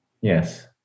Yes